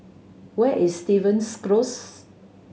where is Stevens Close